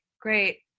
great